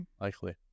likely